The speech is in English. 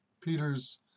Peter's